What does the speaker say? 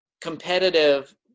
competitive